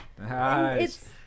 Nice